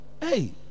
Hey